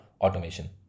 automation